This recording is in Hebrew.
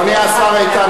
אדוני השר איתן,